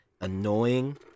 annoying